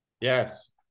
yes